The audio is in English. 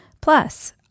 Plus